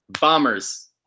bombers